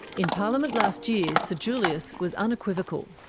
in parliament last year, sir julius was unequivocal.